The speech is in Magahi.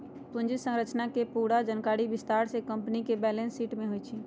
पूंजी संरचना के पूरा जानकारी विस्तार से कम्पनी के बैलेंस शीट में होई छई